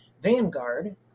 vanguard